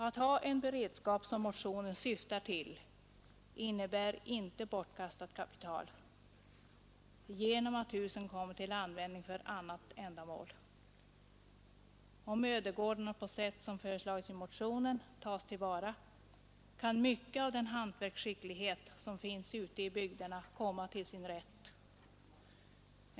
Att ha en sådan beredskap som motionen syftar till innebär inte bortkastat kapital eftersom husen kommer till användning även för annat ändamål. Om ödegårdarna på sätt som föreslagits i motionen tas till vara kan mycket av den hantverksskicklighet som finns ute i bygderna komma till sin rätt.